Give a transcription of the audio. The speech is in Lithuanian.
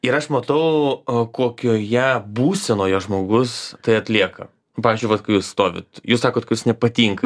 ir aš matau kokioje būsenoje žmogus tai atlieka pavyzdžiui vat kai jūs stovit jūs sakot ka jūs nepatinka